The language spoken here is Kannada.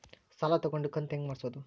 ಸಾಲ ತಗೊಂಡು ಕಂತ ಹೆಂಗ್ ಮಾಡ್ಸೋದು?